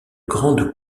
grande